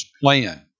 plan